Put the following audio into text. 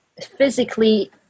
physically